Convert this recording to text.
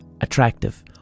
attractive